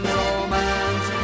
romance